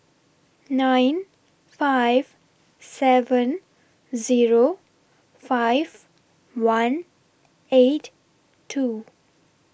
nine five seven Zero five one eight two